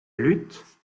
lutte